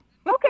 Okay